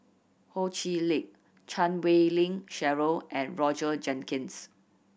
Ho Chee Lick Chan Wei Ling Cheryl and Roger Jenkins